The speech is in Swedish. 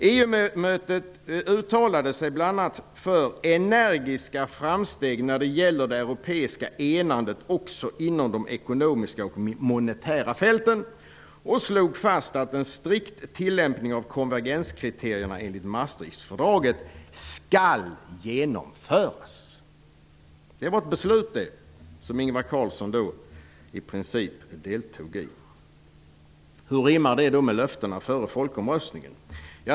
EU-mötet uttalade sig bl.a. för energiska framsteg när det gäller det europeiska enandet också inom de ekonomiska och monetära fälten och slog fast att en strikt tillämpning av konvergenskriterierna enligt Maastrichtfördraget skall genomföras. Det var ett beslut det, som Ingvar Carlsson i princip deltog i. Hur rimmar då detta med löftena före folkomröstningen?